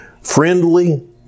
Friendly